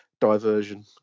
diversion